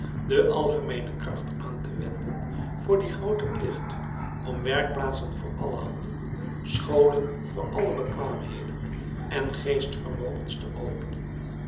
de algemeene kracht aan te wenden voor dien grooten plicht om werkplaatsen voor alle handen scholen voor alle bekwaamheden en geestvermogens te openen